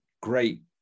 great